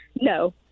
No